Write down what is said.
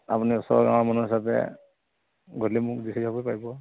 আপুনি ওচৰ গাঁৱৰ মানুহ হিচাপে গধূলি পাৰিব